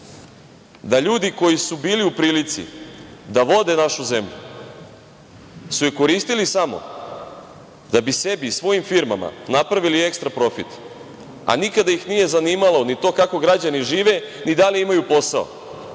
da ljudi koji su bili u prilici da vode našu zemlju su je koristili samo da bi sebi, svojim firmama napravili ekstra profit, a nikada ih nije zanimalo ni to kako građani žive, ni da li imaju posao,